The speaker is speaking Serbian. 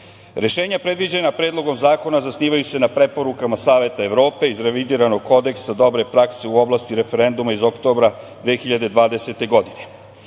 Ustavom. Rešenja predviđena Predlogom zakona zasnivaju se na preporukama Saveta Evrope iz revidiranog Kodeksa dobre prakse u oblasti referenduma iz oktobra 2020. godine.